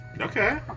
Okay